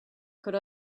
could